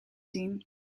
zien